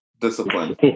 discipline